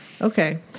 Okay